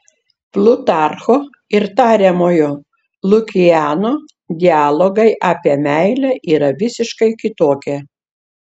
plutarcho ir tariamojo lukiano dialogai apie meilę yra visiškai kitokie